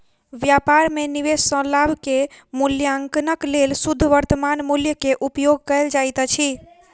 व्यापार में निवेश सॅ लाभ के मूल्याङकनक लेल शुद्ध वर्त्तमान मूल्य के उपयोग कयल जाइत अछि